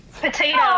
Potato